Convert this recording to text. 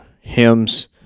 hymns